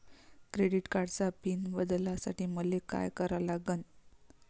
Credit कार्डाचा PIN बदलासाठी मले का करा लागन?